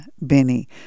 Benny